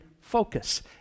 Focus